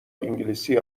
انگلیسی